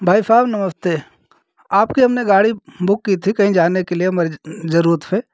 भाई साहब नमस्ते आपकी हमने गाड़ी बूक की थी कहीं जाने के लिए मर्ज जरूरत है